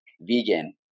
vegan